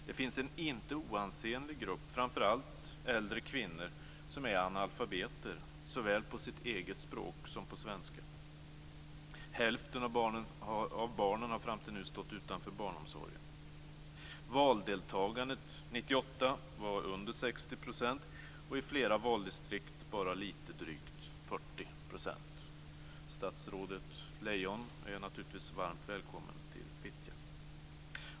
Det finns en inte oansenlig grupp, framför allt äldre kvinnor, som är analfabeter såväl på sitt eget språk som på svenska. Häften av barnen har fram till nu stått utanför barnomsorgen. Valdeltagandet 1998 var under 60 %, i flera valdistrikt bara litet drygt 40 %. Statsrådet Lejon är naturligtvis varmt välkommen till Fittja.